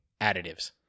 additives